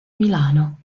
milano